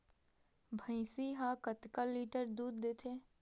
भंइसी हा कतका लीटर दूध देथे?